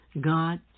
God